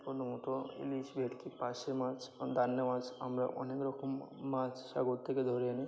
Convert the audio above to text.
প্রথমত ইলিশ ভেটকি পারশে মাছ দান্নে মাছ আমরা অনেক রকম মাছ সাগর থেকে ধরে আনি